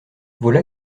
voilà